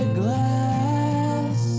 glass